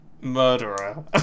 Murderer